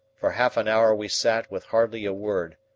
for half an hour we sat with hardly a word,